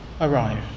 arrive